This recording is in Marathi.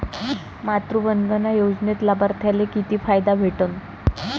मातृवंदना योजनेत लाभार्थ्याले किती फायदा भेटन?